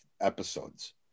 episodes